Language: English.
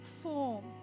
form